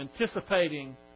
anticipating